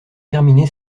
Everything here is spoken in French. terminé